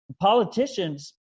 Politicians